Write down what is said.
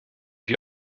wir